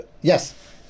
yes